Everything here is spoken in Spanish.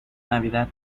navidad